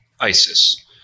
ISIS